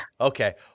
Okay